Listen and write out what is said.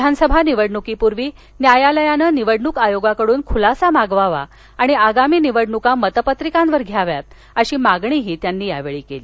विधानसभा निवडणुकीपुर्वी न्यायालयान निवडणूक आयोगाकडून खुलासा मागवावा आणि आगामी निवडणूका मत पत्रिकांवर घ्याव्यात अशी मागणीही त्यांनी यावेळी केली